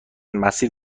مسیر